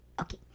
Okay